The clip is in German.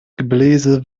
gebläse